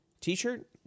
t-shirt